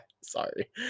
Sorry